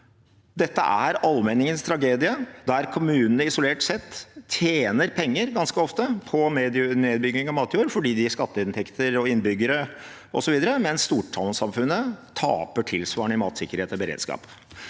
Dette er allmenningens tragedie, der kommunene isolert sett ganske ofte tjener penger på nedbygging av matjord fordi det gir skatteinntekter og innbyggere osv., mens storsamfunnet taper tilsvarende i matsikkerhet og beredskap.